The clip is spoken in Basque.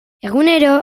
egunero